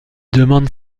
demande